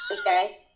okay